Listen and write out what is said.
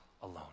alone